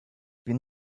bin